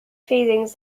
feelings